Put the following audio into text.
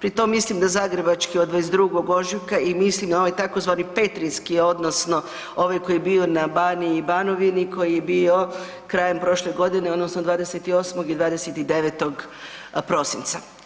pritom mislim da da zagrebački od 22. ožujka i mislim na ovaj tzv. petrinjski odnosno ovaj koji je bio na Baniji i Banovini, koji je bio krajem prošle godine, odnosno 28. i 29. prosinca.